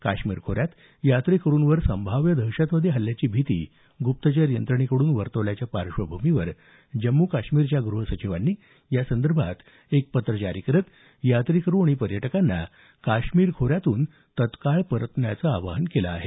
काश्मीर खोऱ्यात यात्रेकरुंवर संभाव्य दहशतवादी हल्ल्याची भीती गुप्तचर यंत्रणेकडून वर्तवल्याच्या पार्श्वभूमीवर जम्मू काश्मीरच्या गृह सचिवांनी या संदर्भात एक पत्रक जारी करत यात्रेकरू आणि पर्यटकांना काश्मीर खोऱ्यातून तत्काळ परतण्याचं आवाहन केलं आहे